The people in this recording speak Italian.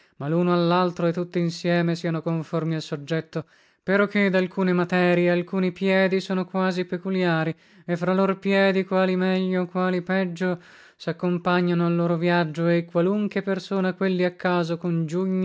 ma luno allaltro e tutti insieme siano conformi al soggetto peroché dalcune materie alcuni piedi sono quasi peculiari e fra lor piedi quali meglio quali peggio saccompagnano al loro viaggio e qualunche persona quelli a caso congiugne non